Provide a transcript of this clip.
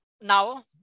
now